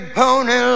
pony